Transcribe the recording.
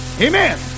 Amen